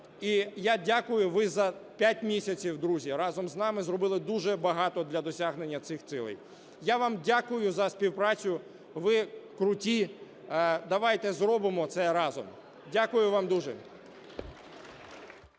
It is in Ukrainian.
І я дякую, ви за п'ять місяців, друзі, разом з нами зробили дуже багато для досягнення цих цілей. Я вам дякую за співпрацю. Ви круті. Давайте зробимо це разом. Дякую вам дуже.